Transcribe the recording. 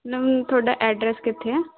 ਮਤਲਬ ਤੁਹਾਡਾ ਐਡਰੈਸ ਕਿੱਥੇ ਹੈ